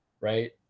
Right